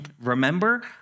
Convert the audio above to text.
remember